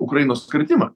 ukrainos kritimą